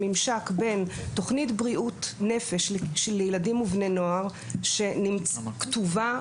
הממשק בין תוכנית בריאות נפש לילדים ובני נוער שנמצאה כתובה,